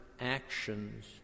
actions